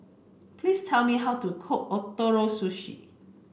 please tell me how to cook Ootoro Sushi